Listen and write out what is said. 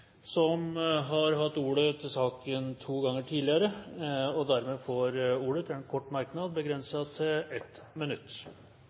Han har hatt ordet to ganger tidligere og får dermed ordet til en kort merknad,